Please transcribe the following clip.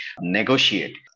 negotiate